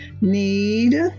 need